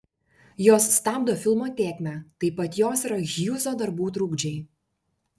jos stabdo filmo tėkmę taip pat jos yra hjūzo darbų trukdžiai